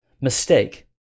mistake